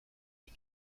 que